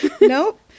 Nope